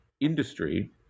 industry